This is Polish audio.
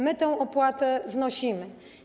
My tę opłatę znosimy.